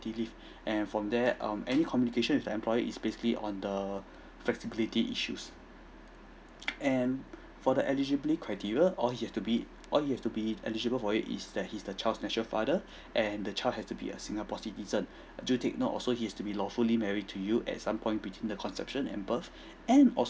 and from there um any communication with the employer is basically on the flexibility issues and for the eligibility criteria all he has to be all he has to be eligible for it is that he's the child nature father and the child has to be a singapore citizen do take note also he has to be lawfully married to you at some point between the conception and birth and also